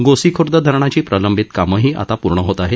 गोसीर्ख्द धरणाची प्रलंबित कामंही आता पूर्ण होत आहे